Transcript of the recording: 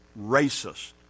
racist